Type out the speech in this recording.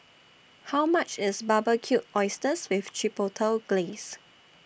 How much IS Barbecued Oysters with Chipotle Glaze